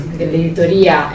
dell'editoria